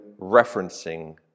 referencing